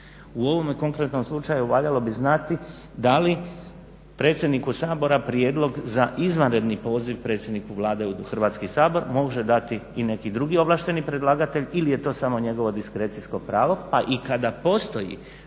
U ovom konkretnom slučaju valjalo bi znati da li predsjedniku Sabora prijedlog za izvanredni poziv predsjedniku Vlade u Hrvatski sabor može dati i neki drugi ovlašteni predlagatelj ili je to samo njegovo diskrecijsko pravo pa i kada postoji